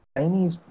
Chinese